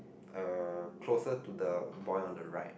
uh closer to the boy on the right